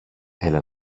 έλα